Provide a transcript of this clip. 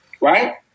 Right